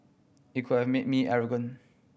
it could have made me arrogant